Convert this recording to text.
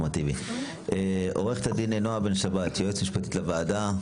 נעה בן שבת, היועצת המשפטית לוועדה,